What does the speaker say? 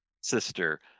sister